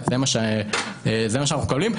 זה מה שאנחנו מקבלים,